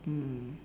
mm